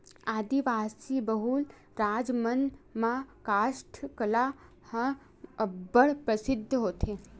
आदिवासी बहुल राज मन म कास्ठ कला ह अब्बड़ परसिद्ध होथे